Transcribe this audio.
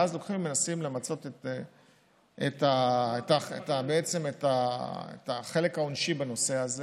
ואז מנסים למצות את החלק העונשי בנושא הזה.